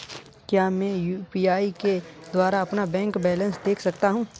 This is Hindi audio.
क्या मैं यू.पी.आई के द्वारा अपना बैंक बैलेंस देख सकता हूँ?